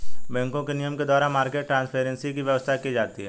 बैंकों के नियम के द्वारा मार्केट ट्रांसपेरेंसी की व्यवस्था की जाती है